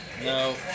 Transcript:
No